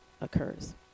occurs